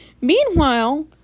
meanwhile